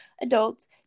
adults